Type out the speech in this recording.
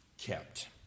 kept